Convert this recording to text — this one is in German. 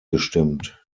gestimmt